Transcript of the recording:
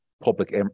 public